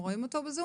שלום לכולם.